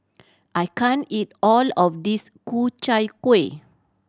I can't eat all of this Ku Chai Kueh